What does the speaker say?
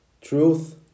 truth